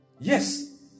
Yes